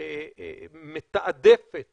מתעדפת